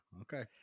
Okay